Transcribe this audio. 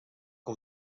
que